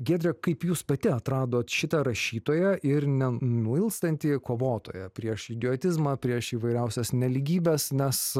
giedre kaip jūs pati atradot šitą rašytoją ir nenuilstantį kovotoją prieš idiotizmą prieš įvairiausias nelygybes nes